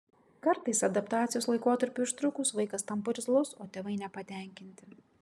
kartais adaptacijos laikotarpiui užtrukus vaikas tampa irzlus o tėvai nepatenkinti